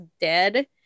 dead